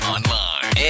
Online